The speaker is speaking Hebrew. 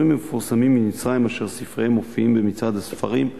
סופרים מפורסמים ממצרים אשר ספריהם מופיעים במצעד הספרים,